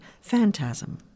Phantasm